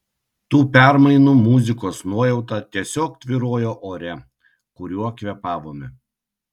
tų permainų muzikos nuojauta tiesiog tvyrojo ore kuriuo kvėpavome